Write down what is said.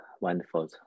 wonderful